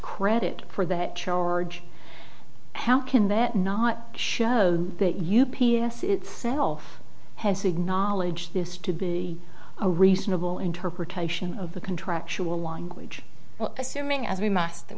credit for that charge how can that not show that u p s itself has acknowledged this to be a reasonable interpretation of the contractual language assuming